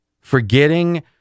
forgetting